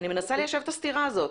אני מנסה ליישב את הסתירה הזאת.